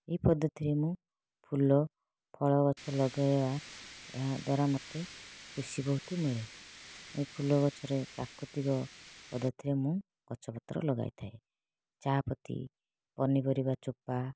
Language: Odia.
ଏହି ପଦ୍ଧତିରେ ମୁଁ ଫୁଲ ଫଳଗଛ ଲଗେଇବା ଏହାଦ୍ଵାରା ମୋତେ ଖୁସି ବହୁତ ମିଳେ ଏ ଫୁଲଗଛରେ ପ୍ରାକୃତିକ ପଦ୍ଧତିରେ ମୁଁ ଗଛପତ୍ର ଲଗାଇଥାଏ ଚା'ପତି ପନିପରିବା ଚୋପା